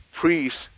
priests